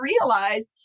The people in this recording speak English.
realize